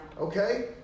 Okay